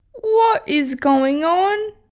what is going on?